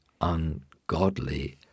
ungodly